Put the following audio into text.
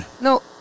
No